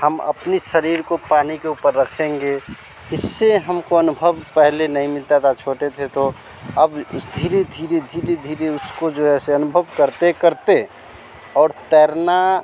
हम अपनी शरीर को पानी के ऊपर रखेंगे इससे हमको अनुभव पहले नहीं मिलता था पहले छोटे थे तो अब इस धीरे धीरे धीरे धीरे उसको जो है से अनुभव करते करते और तैरना